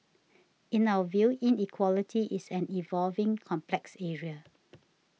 in our view inequality is an evolving complex area